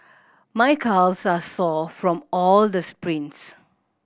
my calves are sore from all the sprints